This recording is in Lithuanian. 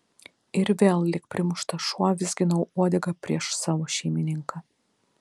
ir vėl lyg primuštas šuo vizginau uodegą prieš savo šeimininką